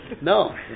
no